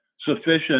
sufficient